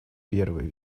первый